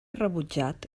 rebutjat